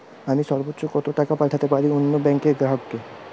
আমি সর্বোচ্চ কতো টাকা পাঠাতে পারি অন্য ব্যাংক র গ্রাহক কে?